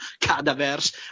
cadavers